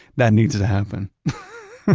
that needs to happen.